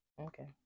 Okay